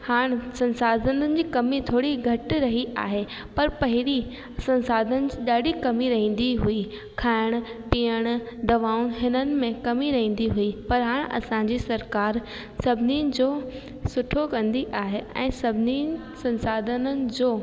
हाणे संसाधननि जी कमी थोड़ी घटि रही आहे पर पहिरीं संसाधन ॾाढी कमी रहंदी हुई खाइण पीअण दवाऊं हिननि में कमी रहंदी हुई पर हाण असांजी सरकार सभिनीन जो सुठो कंदी आहे ऐं सभिनी संसाधननि जो